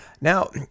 Now